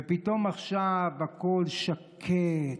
ופתאום עכשיו הכול שקט,